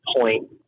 point